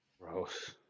Gross